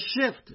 shift